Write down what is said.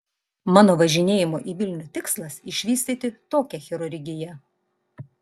mano važinėjimų į vilnių tikslas išvystyti tokią chirurgiją